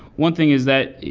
one thing is that,